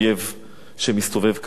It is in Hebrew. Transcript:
שמסתובב כאן בכנסת.